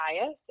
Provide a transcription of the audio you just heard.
bias